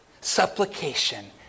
Supplication